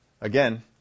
Again